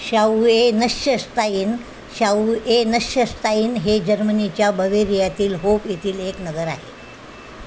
शाऊएनश्यस्ताईन शाऊएनश्यस्ताईन हे जर्मनीच्या बवेरियातील होप येथील एक नगर आहे